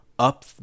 up